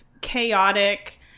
chaotic